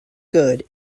good